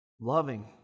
Loving